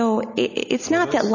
so it's not that